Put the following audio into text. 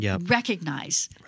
recognize